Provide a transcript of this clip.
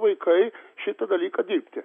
vaikai šitą dalyką dirbti